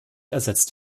ersetzt